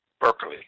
Berkeley